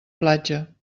platja